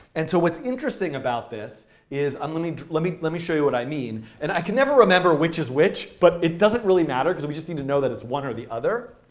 and so what's interesting about this is um let me let me let me show you what i mean. and i can never remember which is which, but it doesn't really matter because we just need to know that it's one or the other.